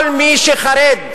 כל מי שחרד